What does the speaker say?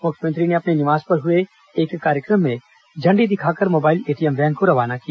मुख्यमंत्री ने अपने निवास पर हुए एक कार्यक्रम में झंडी दिखाकर मोबाइल एटीएम वैन को रवाना किया